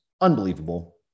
unbelievable